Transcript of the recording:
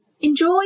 enjoy